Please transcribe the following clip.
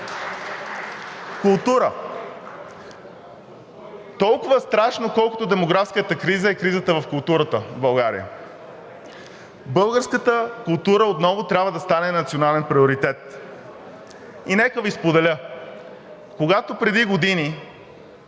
Култура. Толкова страшна, колкото демографската криза, е кризата на културата в България. Българската култура отново трябва да стане национален приоритет. Нека Ви споделя, когато преди години